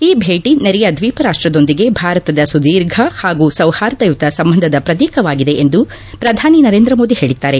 ಈ ಭೇಟ ನೆರೆಯ ದ್ನೀಪ ರಾಪ್ಲದೊಂದಿಗೆ ಭಾರತದ ಸುದೀರ್ಘ ಹಾಗೂ ಸೌರ್ಹಾದಯುತ ಸಂಬಂಧದ ಪ್ರತೀಕವಾಗಿದೆ ಎಂದು ಪ್ರಧಾನಿ ನರೇಂದ್ರ ಮೋದಿ ಹೇಳಿದ್ದಾರೆ